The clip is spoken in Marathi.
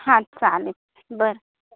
हां चालेल बरं